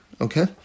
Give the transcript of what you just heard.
okay